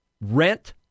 rent